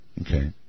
Okay